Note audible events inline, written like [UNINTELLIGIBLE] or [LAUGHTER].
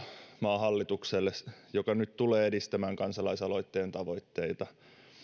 maan hallitukselle [UNINTELLIGIBLE] joka nyt tulee edistämään kansalaisaloitteen tavoitteita